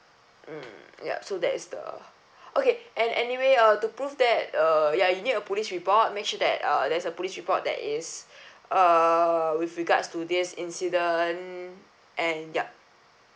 mm ya so that is the okay and anyway uh to prove that uh ya you need a police report make sure that uh there's a police report that is uh with regards to this incident and yup